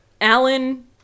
Alan